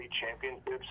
championships